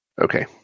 Okay